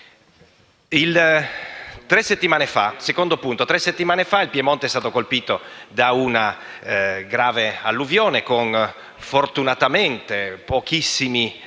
tre settimane fa il Piemonte è stato colpito da una grave alluvione, fortunatamente con pochissimi danni